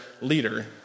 leader